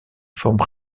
forme